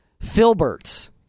Filberts